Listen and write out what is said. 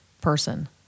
person